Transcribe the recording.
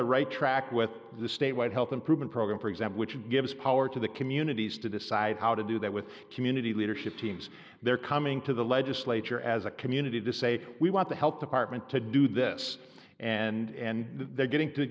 the right track with the statewide health improvement program for example which gives power to the communities to decide how to do that with community leadership teams they're coming to the legislature as a community to say we want to help department to do this and they're getting to